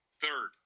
third